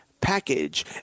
package